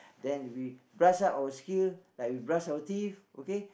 then we brush up our skill like we brush our teeth okay